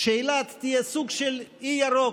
שאילת תהיה סוג של אי ירוק.